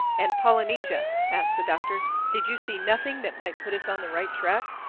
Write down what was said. and polynesia, asked the doctor, did you see nothing that might put us on the right track?